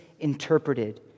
Interpreted